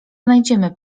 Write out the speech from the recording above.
znajdziemy